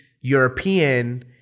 European